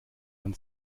man